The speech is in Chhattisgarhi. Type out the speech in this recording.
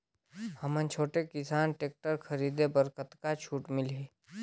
हमन छोटे किसान टेक्टर खरीदे बर कतका छूट मिलही?